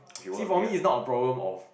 see for me it's not a problem of